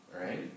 right